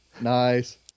Nice